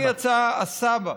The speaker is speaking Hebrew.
ושם יצא הסבא,